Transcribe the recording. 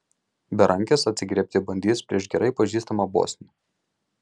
berankis atsigriebti bandys prieš gerai pažįstamą bosnį